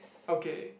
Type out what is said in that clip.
okay